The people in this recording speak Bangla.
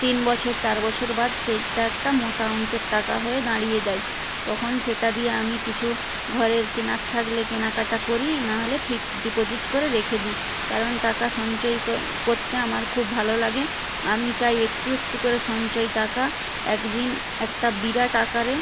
তিন বছর চার বছর বাদ সেইটা একতা মোটা অঙ্কের টাকা হয়ে দাঁড়িয়ে যায় তখন সেটা দিয়ে আমি কিছু ঘরের কেনার থাকলে কেনাকাটা করি নাহলে ফিক্সড ডিপোজিট করে রেখে দিই কারণ টাকা সঞ্চয় করতে আমার খুব ভালো লাগে আমি চাই একটু একটু করে সঞ্চয় টাকা এক দিন একটা বিরাট আকারে